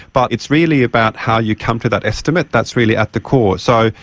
but it's really about how you come to that estimate, that's really at the core. so,